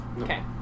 Okay